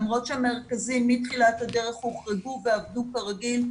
למרות שהמרכזים מתחילת הדרך הוחרגו ועבדו כרגיל,